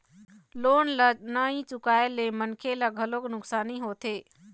loan ल नइ चुकाए ले मनखे ल घलोक नुकसानी होथे